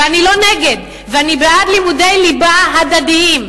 אני לא נגד, אני בעד לימודי ליבה הדדיים.